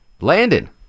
Landon